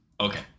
Okay